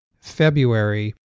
February